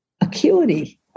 acuity